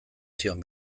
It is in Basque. zion